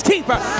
Keeper